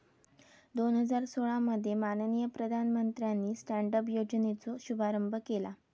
दोन हजार सोळा मध्ये माननीय प्रधानमंत्र्यानी स्टॅन्ड अप योजनेचो शुभारंभ केला